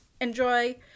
Enjoy